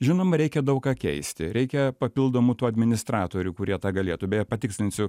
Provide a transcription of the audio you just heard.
žinoma reikia daug ką keisti reikia papildomų tų administratorių kurie tą galėtų beje patikslinsiu